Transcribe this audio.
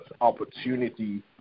opportunity